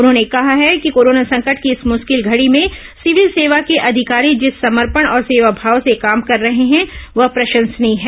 उन्होंने कहा है कि कोरोना संकट की इस मुश्किल घड़ी में सिविल सेवा को अधिकारी जिस ॅसमर्पण और सेवा भाव से काम कर रहे हैं वह प्रशंसनीय है